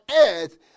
earth